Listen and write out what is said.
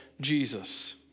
Jesus